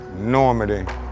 Normandy